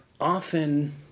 often